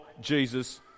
Jesus